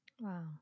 Wow